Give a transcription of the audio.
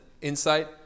insight